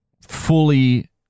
fully